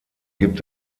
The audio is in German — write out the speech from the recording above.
gibt